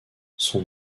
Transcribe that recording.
son